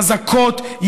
חזקות,